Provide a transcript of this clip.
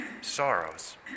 sorrows